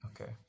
Okay